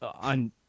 on